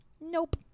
nope